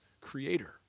creator